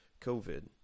COVID